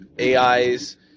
AIs